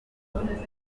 kubigisha